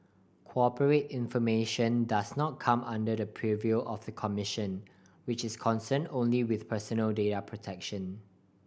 corporate information does not come under the purview of the commission which is concern only with personal data protection